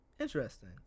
Interesting